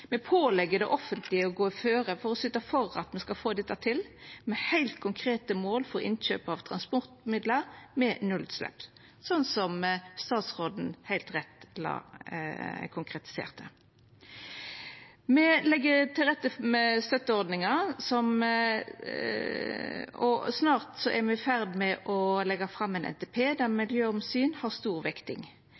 Me pålegg det offentlege å gå føre for å syta for at me skal få dette til, med heilt konkrete mål for innkjøp av transportmidlar med nullutslepp, slik som statsråden heilt rett konkretiserte. Me legg til rette for støtteordningar og er snart i ferd med å leggja fram ein NTP der miljøomsyn har stor vekting.